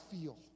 feel